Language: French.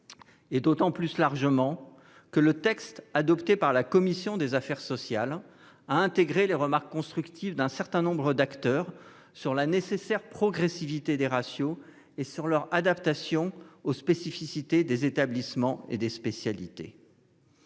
Et d'autant plus largement que le texte adopté par la commission des affaires sociales a intégré les remarques constructives d'un certain nombre d'acteurs sur la nécessaire progressivité des ratios et sur leur adaptation aux spécificités des établissements et des spécialités.